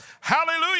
Hallelujah